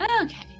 Okay